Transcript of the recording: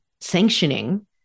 sanctioning